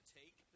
take